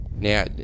Now